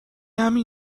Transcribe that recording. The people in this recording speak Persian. همین